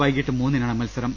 വൈകീട്ട് മൂന്നി നാണ് മത്സരം